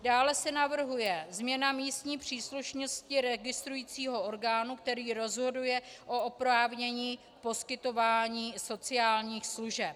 Dále se navrhuje změna místní příslušnosti registrujícího orgánu, který rozhoduje o oprávnění poskytování sociálních služeb.